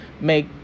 make